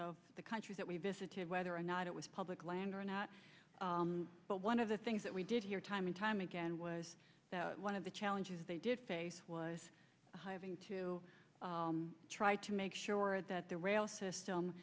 of the countries that we visited whether or not it was public land or not but one of the things that we did hear time and time again was that one of the challenges they did face was having to try to make sure that their rail system